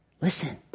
Listen